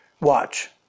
Watch